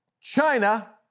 China